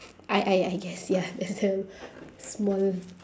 I I I guess ya so small